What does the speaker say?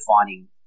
defining